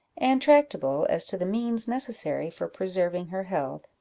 and tractable as to the means necessary for preserving her health,